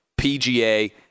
PGA